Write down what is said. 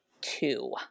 two